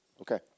Okay